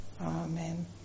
Amen